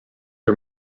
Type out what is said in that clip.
are